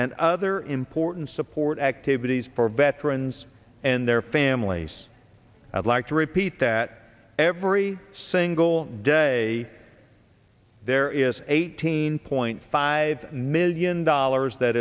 and other important support activities for veterans and their families i'd like to repeat that every single day there is eighteen point five million dollars that